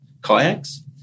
kayaks